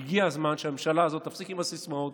והגיע הזמן שהממשלה הזאת תפסיק עם הסיסמאות,